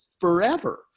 forever